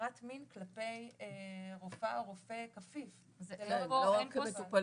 בעבירת מין כלפי רופאה או רופא כפיף.